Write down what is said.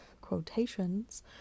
quotations